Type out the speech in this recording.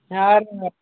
হ্যাঁ আর